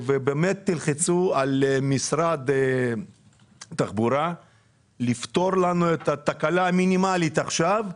תלחצו על משרד התחבורה לפתור לנו את התקלה המינימלית עכשיו,